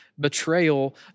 Betrayal